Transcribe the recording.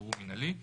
לשחרור המינהלי.